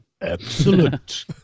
Absolute